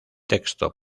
texto